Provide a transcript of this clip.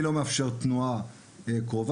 אני לא מאפשר תנועה קרובה.